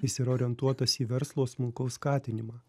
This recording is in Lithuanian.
jis yra orientuotas į verslo smulkaus skatinimą